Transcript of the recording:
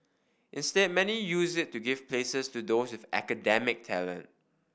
instead many use it to give places to those with academic talent